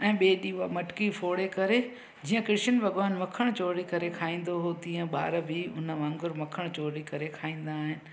ऐं ॿिए ॾींहुं उहा मटकी फोड़े करे जीअं कृष्ण भॻिवानु मखण चोरी करे खाईंदो हुओ तीअं ॿार बि उन वांग़ुरु मखण चोरी करे खाईंदा आहिनि